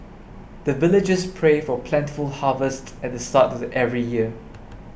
the villagers pray for plentiful harvest at the start of every year